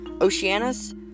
Oceanus